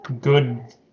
good